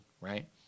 right